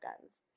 guns